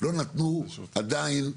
לא נתנו עדיין.